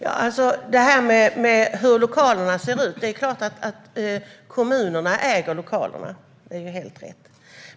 Herr talman! När det gäller hur lokalerna ser ut är det såklart helt rätt att kommunerna äger lokalerna.